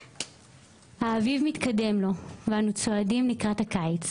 האביב מתקדם ואנחנו צועדים לקראת הקיץ